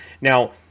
Now